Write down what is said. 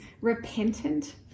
repentant